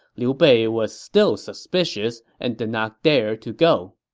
liu bei was still suspicious and did not dare to go.